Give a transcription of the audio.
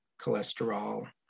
cholesterol